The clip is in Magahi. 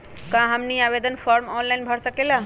क्या हमनी आवेदन फॉर्म ऑनलाइन भर सकेला?